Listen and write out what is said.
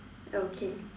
okay